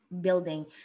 building